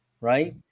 right